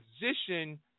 position